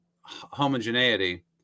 homogeneity